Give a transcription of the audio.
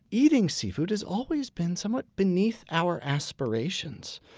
eating seafood has always been somewhat beneath our aspirations.